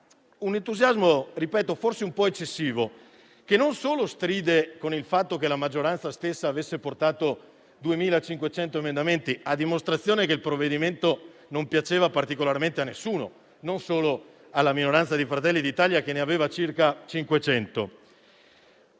un entusiasmo forse un po' eccessivo, che non solo stride con il fatto che la maggioranza abbia presentato 2.500 emendamenti, a dimostrazione che il provvedimento non piaceva particolarmente a nessuno e non solo alla minoranza di Fratelli d'Italia, che ne aveva presentati